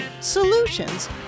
solutions